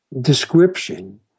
description